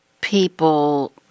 people